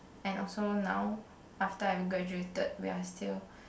and also now after I graduated we are still